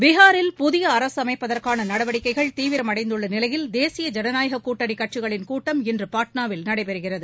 பீஹாரில் புதிய அரசு அமைப்பதற்கான நடவடிக்கைகள் தீவிரம் அடைந்துள்ள நிலையில் தேசிய ஜனநாயக கூட்டணி கட்சிகளின் கூட்டம் இன்று பாட்னாவில் நடைபெறுகிறது